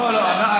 לא, לא.